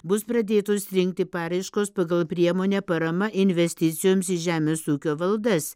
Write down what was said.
bus pradėtos rinkti paraiškos pagal priemonę parama investicijoms į žemės ūkio valdas